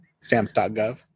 Stamps.gov